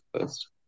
first